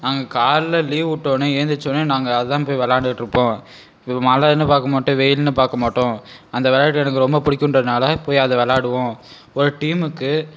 நாங்கள் காலைல லீவுட்டோன்னே ஏழுந்திரிச்சோன்னே நாங்கள் அதுதான் போய் விளாண்டுட்டு இருப்போம் ஒரு மழைன்னு பார்க்க மட்டோம் வெயில்னு பார்க்க மாட்டோம் அந்த விளையாட்டு எனக்கு ரொம்ப பிடிக்குன்றதுனால போய் அதை விளாடுவோம் ஒரு டீமுக்கு